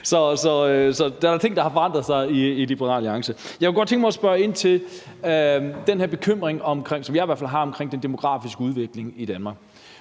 er nogle ting, der har forandret sig i Liberal Alliance. Jeg kunne godt tænke mig at spørge ind til den her bekymring, som jeg i hvert fald har, omkring den demografiske udvikling i Danmark.